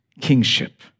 kingship